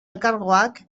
elkargoak